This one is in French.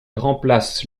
remplace